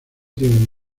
tienen